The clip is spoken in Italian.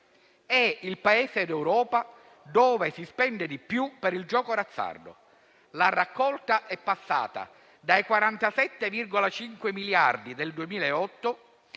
è il Paese d'Europa in cui si spende di più per il gioco d'azzardo. La raccolta è passata dai 47,5 miliardi del 2008